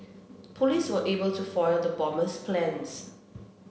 police were able to foil the bomber's plans